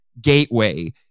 gateway